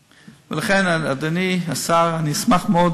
ולכן, אדוני השר, אני אשמח מאוד